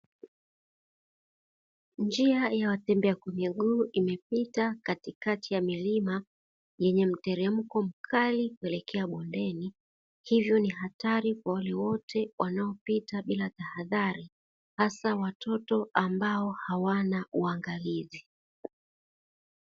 Njia ya watembea kwa miguu imepita katikati ya milima yenye mteremko mkali kuelekea bondeni. Hivyo ni hatari kwa wale wote wanaopita bila tahadhari, hasa watoto ambao hawana uangalizi.